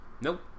Nope